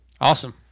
awesome